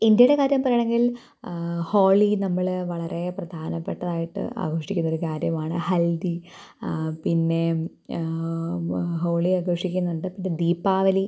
ഇന്ത്യയുടെ കാര്യം പറയാണെങ്കിൽ ഹോളി നമ്മൾ വളരെ പ്രധാനപ്പെട്ടതായിട്ട് ആഘോഷിക്കുന്നൊരു കാര്യമാണ് ഹൽദി ആ പിന്നെ ഹോളി ആഘോഷിക്കുന്നുണ്ട് പിന്നെ ദീപാവലി